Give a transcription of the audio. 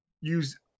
use